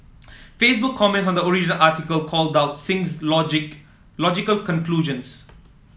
Facebook comments on the original article called out Singh's logic logical conclusions